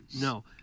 No